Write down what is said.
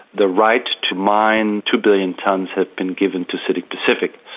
the right to mine two billion tonnes has been given to citic pacific.